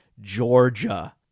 Georgia